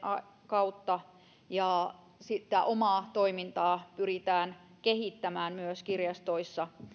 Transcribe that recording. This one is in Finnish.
kautta ja sitä omaa toimintaa pyritään kehittämään myös kirjastoissa